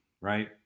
right